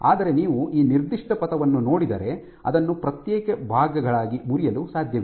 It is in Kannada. ಆದರೆ ನೀವು ಈ ನಿರ್ದಿಷ್ಟ ಪಥವನ್ನು ನೋಡಿದರೆ ಅದನ್ನು ಪ್ರತ್ಯೇಕ ಭಾಗಗಳಾಗಿ ಮುರಿಯಲು ಸಾಧ್ಯವಿದೆ